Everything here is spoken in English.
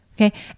Okay